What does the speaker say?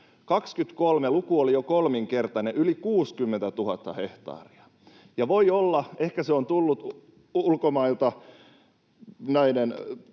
23 luku oli jo kolminkertainen, yli 60 000 hehtaaria, ja voi olla, että se on tullut ulkomailta